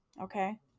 okay